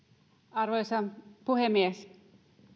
arvoisa puhemies